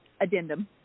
addendum